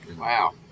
Wow